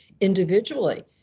individually